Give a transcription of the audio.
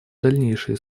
дальнейшие